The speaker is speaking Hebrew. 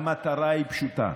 המטרה היא פשוטה: